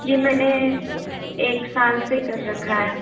ये मैंने एक साल से कर रखा है